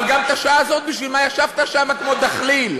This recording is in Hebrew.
אבל גם בשעה הזאת, בשביל מה ישבת שם כמו דחליל?